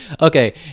Okay